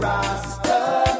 Rasta